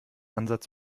ansatz